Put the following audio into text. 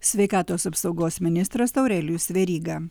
sveikatos apsaugos ministras aurelijus veryga